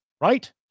right